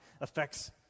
affects